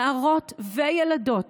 נערות וילדות,